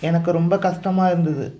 எனக்கு ரொம்ப கஷ்டமா இருந்தது